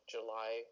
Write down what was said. July